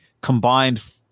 combined